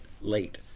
Late